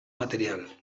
material